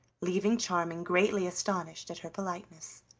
leaving charming greatly astonished at her politeness.